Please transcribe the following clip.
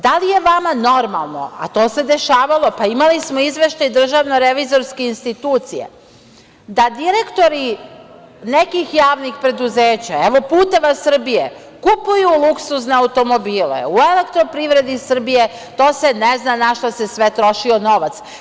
Da li je vama normalno, a to se dešavalo, pa imali smo izveštaj DRI, da direktori nekih javnih preduzeća, evo „Puteva Srbije“, kupuju luksuzne automobile, u „Elektroprivredi Srbije“, to se ne zna na šta se sve trošio novac.